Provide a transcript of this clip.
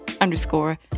underscore